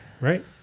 right